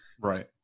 Right